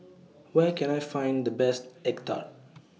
Where Can I Find The Best Egg Tart